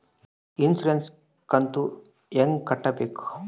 Insurance ಕಂತು ಹೆಂಗ ಕಟ್ಟಬೇಕು?